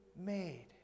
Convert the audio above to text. made